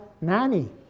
nanny